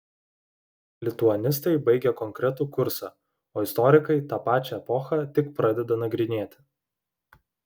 lituanistai baigia konkretų kursą o istorikai tą pačią epochą tik pradeda nagrinėti